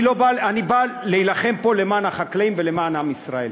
אני בא להילחם פה למען החקלאים ולמען עם ישראל.